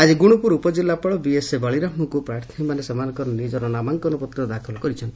ଆଜି ଗୁଣୁପୁର ଉପଜିଲ୍ଲାପାଳ ବିଏସ ବଳିରାମଙ୍କୁ ପ୍ରାର୍ଥୀମାନେ ସେମାନଙ୍କର ନିଜର ନାମାଙ୍କନ ପତ୍ର ପ୍ରଦାନ କରିଛନ୍ତି